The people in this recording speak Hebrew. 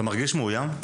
אתה מרגיש מאויים?